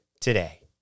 today